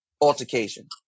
altercation